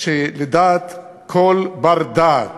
שלדעת כל בר-דעת